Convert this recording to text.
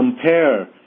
compare